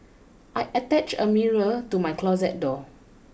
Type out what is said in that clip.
I attached a mirror to my closet door